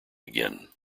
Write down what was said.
again